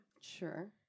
Sure